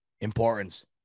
importance